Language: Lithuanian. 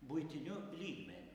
buitiniu lygmeniu